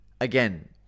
Again